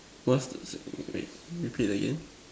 what's the repeat again